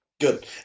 Good